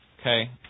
Okay